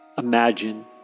Imagine